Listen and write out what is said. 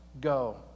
go